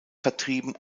vertrieben